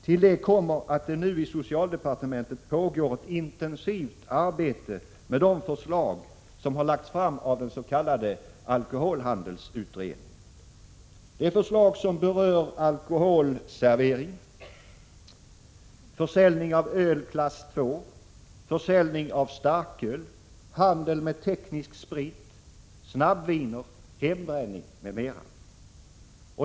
Till detta kommer att det nu i socialdepartementet pågår ett intensivt arbete med de förslag som lagts fram av den s.k. alkoholhandelsutredningen. Det är förslag som berör alkoholservering, försäljning av öl klass II och starköl, handel med teknisk sprit, snabbviner, hembränning m.m.